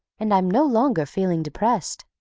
and i'm no longer feeling depressed.